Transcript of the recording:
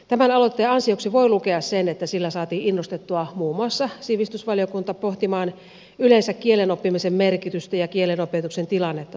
tämän aloitteen ansioksi voi lukea sen että sillä saatiin innostettua muun muassa sivistysvaliokunta pohtimaan yleensä kielenoppimisen merkitystä ja kielenopetuksen tilannetta suomessa